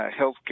healthcare